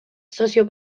sozio